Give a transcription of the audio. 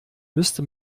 müsste